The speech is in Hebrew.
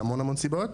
מהמון המון סיבות.